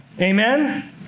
Amen